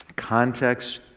context